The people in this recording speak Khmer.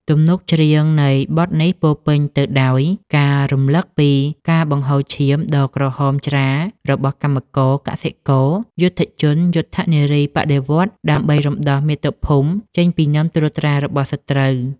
ទំនុកច្រៀងនៃបទនេះពោរពេញទៅដោយការរំលឹកពីការបង្ហូរឈាមដ៏ក្រហមច្រាលរបស់កម្មករ កសិករ និងយុទ្ធជនយុទ្ធនារីបដិវត្តន៍ ដើម្បីរំដោះមាតុភូមិចេញពីនឹមត្រួតត្រារបស់សត្រូវ។